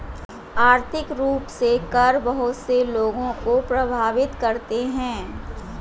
आर्थिक रूप से कर बहुत से लोगों को प्राभावित करते हैं